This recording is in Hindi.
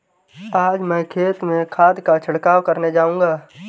आज मैं खेत में खाद का छिड़काव करने जाऊंगा